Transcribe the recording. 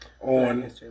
on